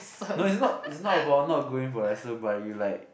no it's not it's not about not going for lesson but you like